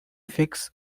fix